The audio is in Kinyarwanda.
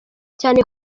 cyane